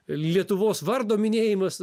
lietuvos vardo minėjimas